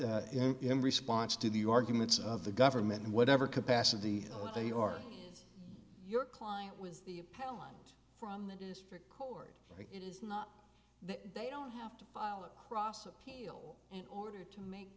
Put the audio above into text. in response to the arguments of the government in whatever capacity they are your client was the appellant from the district court it is not that they don't have to file a cross appeal in order to make